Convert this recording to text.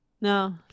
No